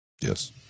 Yes